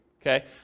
okay